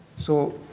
so